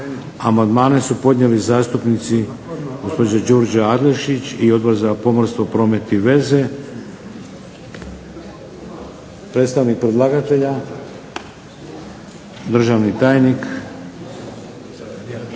Amandmane su podnijeli zastupnici gospođa Đurđa Adlešić i Odbor za pomorstvo, promet i veze. Predstavnik predlagatelja, državni tajnik